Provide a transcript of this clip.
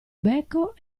becco